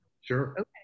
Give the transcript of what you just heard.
Sure